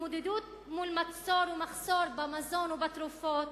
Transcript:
התמודדות עם מצור ומחסור במזון ובתרופות,